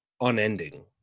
unending